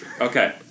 Okay